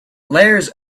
layers